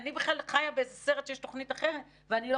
אני בכלל חיה באיזה סרט שיש תוכנית אחרת ואני לא